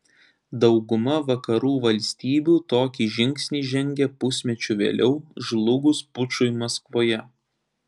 dauguma vakarų valstybių tokį žingsnį žengė pusmečiu vėliau žlugus pučui maskvoje